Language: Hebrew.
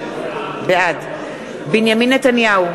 בעד בנימין נתניהו,